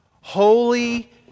holy